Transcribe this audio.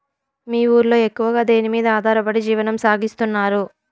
మీ ఊరిలో ఎక్కువగా దేనిమీద ఆధారపడి జీవనం సాగిస్తున్నారు?